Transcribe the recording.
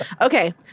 Okay